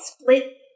Split